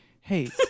hey